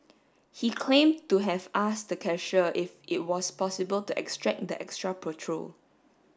he claim to have asked the cashier if it was possible to extract the extra petrol